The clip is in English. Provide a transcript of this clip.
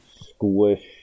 squish